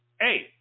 hey